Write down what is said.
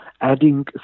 adding